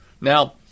Now